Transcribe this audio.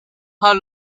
how